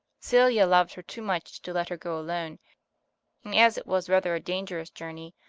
celia loved her too much to let her go alone, and as it was rather a dangerous journey,